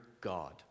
God